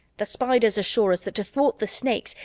the spiders assure us that, to thwart the snakes,